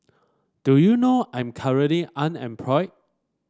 do you know I'm currently unemployed